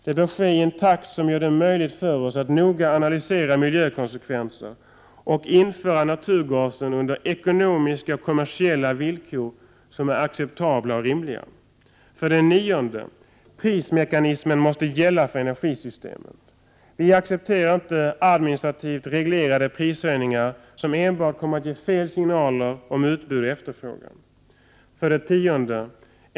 Det bör ske i en takt som gör det möjligt för oss att noga analysera miljökonsekvenser och införa naturgasen under ekonomiska och kommersiella villkor som är acceptabla och rimliga. 9. Prismekanismen måste gälla för energisystemet. Vi accepterar inte administrativt reglerade prishöjningar, som enbart kommer att ge fel signaler om utbud och efterfrågan. 10.